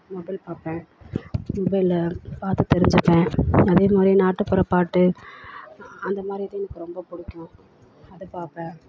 mobile பார்ப்பேன் மொபைலில் பார்த்து தெரிஞ்சுப்பேன் அதே மாதிரி நாட்டுப்புறப் பாட்டு அந்த மாதிரி இது எனக்கு ரொம்ப பிடிக்கும் அது பார்ப்பேன்